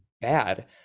bad